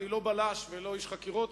אני לא בלש ולא איש חקירות,